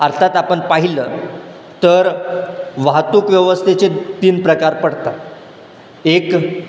अर्थात आपण पाहिलं तर वाहतूक व्यवस्थेचे तीन प्रकार पडतात एक